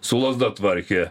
su lazda tvarkė